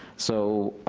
so